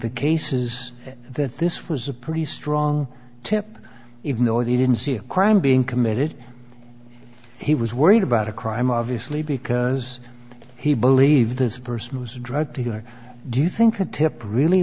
the cases that this was a pretty strong tip even though i didn't see a crime being committed he was worried about a crime obviously because he believed this person was a drug dealer do you think a tip really